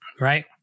Right